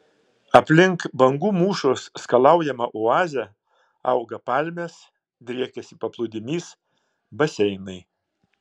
aplink bangų mūšos skalaujamą oazę auga palmės driekiasi paplūdimys baseinai